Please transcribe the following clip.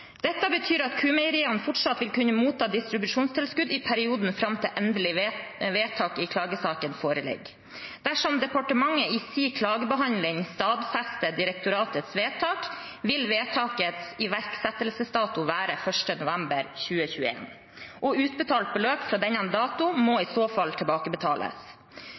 Dette betyr at Q-Meieriene fortsatt vil kunne motta distribusjonstilskudd i perioden fram til endelig vedtak i klagesaken foreligger. Dersom departementet i sin klagebehandling stadfester direktoratets vedtak, vil vedtakets iverksettelsesdato være den 1. november 2021, og utbetalt beløp fra denne dato må i så fall tilbakebetales.